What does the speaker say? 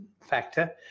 factor